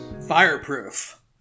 Fireproof